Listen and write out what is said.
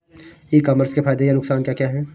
ई commerce के फायदे या नुकसान क्या क्या हैं?